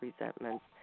resentments